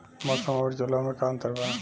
मौसम और जलवायु में का अंतर बा?